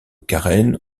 carène